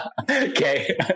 Okay